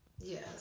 yes